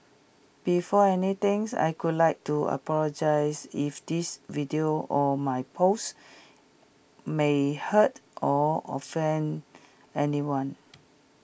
before anything's I could like to apologise if this video or my post may hurt or offend anyone